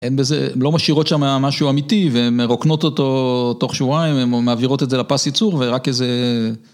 אין בזה הן לא משאירות שם משהו אמיתי והן רוקנות אותו תוך שבועיים, הן מעבירות את זה לפס ייצור ורק איזה...